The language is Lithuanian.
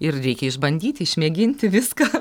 ir reikia išbandyti išmėginti viską